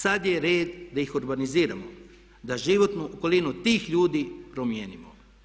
Sad je red da ih urbaniziramo, da životnu okolinu tih ljudi promijenimo.